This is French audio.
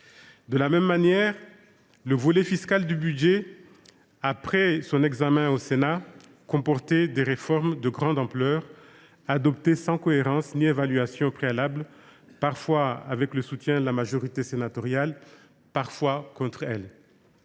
De la même manière, le volet fiscal du budget, après son examen au Sénat, comportait des réformes de grande ampleur, adoptées sans cohérence ni évaluation préalable, parfois avec le soutien de la majorité sénatoriale, parfois contre elle.